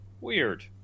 weird